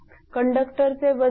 कंडक्टरचे वजन 0